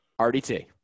RDT